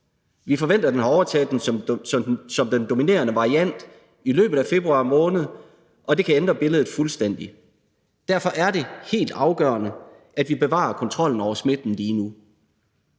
Vi forventer, at den har overtaget som den dominerende variant i løbet af februar måned, og det kan ændre billedet fuldstændig. Derfor er det helt afgørende, at vi bevarer kontrollen over smitten lige nu.